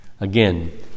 Again